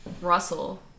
Russell